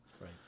Right